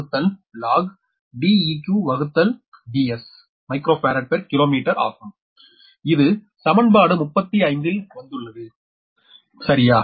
0242log DeqDsமைக்ரோ farad per kilometre ஆகும் இது சமன்பாடு 35 லிருந்து வந்துள்ளது சரியா